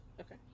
Okay